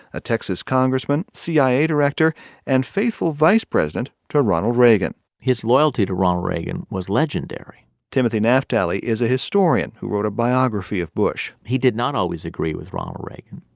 a texas congressman, cia director and faithful vice president to ronald reagan his loyalty to ronald reagan was legendary timothy naftali is a historian who wrote a biography of bush he did not always agree with ronald reagan.